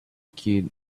kid